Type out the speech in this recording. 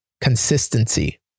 consistency